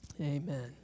Amen